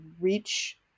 reach